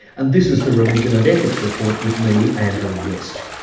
and this is the religion and ethics report with me andrew west